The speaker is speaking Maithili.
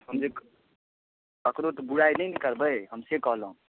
हम जे ककरो तऽ बुराइ नहि ने करबै हम से कहलहुँ